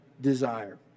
desire